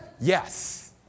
Yes